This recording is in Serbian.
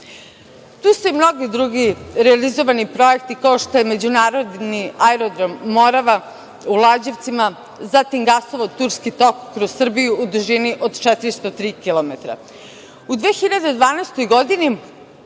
su i mnogi drugi realizovani projekti, kao što je međunarodni Aerodrom „Morava“ u Lađevcima, zatim gasovod „Turski tok“ kroz Srbiji u dužini od 403 kilometra.